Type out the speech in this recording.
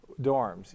dorms